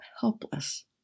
helpless